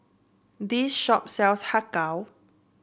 this shop sells Har Kow